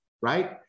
right